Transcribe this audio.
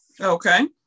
okay